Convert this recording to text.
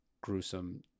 gruesome